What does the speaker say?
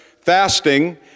fasting